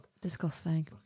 Disgusting